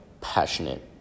passionate